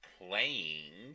playing